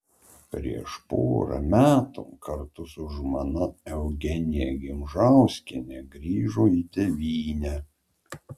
prieš porą metų kartu su žmona eugenija gimžauskiene grįžo į tėvynę